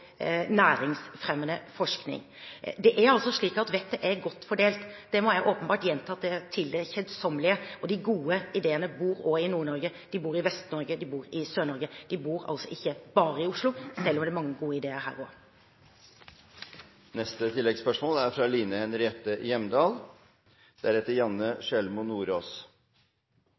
næringsfremmende forskning. Det er altså slik at vettet er godt fordelt – det må jeg åpenbart gjenta til det kjedsommelige – og de gode ideene bor også i Nord-Norge, de bor i Vest-Norge, de bor Sør-Norge. De bor altså ikke bare i Oslo, selv om det er mange gode ideer her også. Line Henriette Hjemdal – til oppfølgingsspørsmål. Norge er